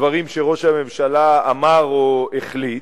מדברים שראש הממשלה אמר או החליט,